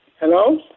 Hello